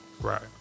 Right